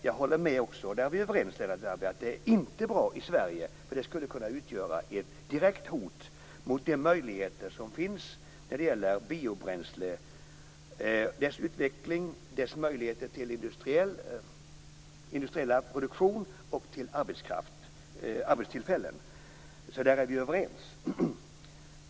Jag håller med om, där är vi överens, att den inte är bra i Sverige. Den skulle kunna utgöra ett direkt hot mot de möjligheter som finns när det gäller biobränsle, dess utveckling, dess möjligheter till industriell produktion och till arbetstillfällen. Där är vi överens.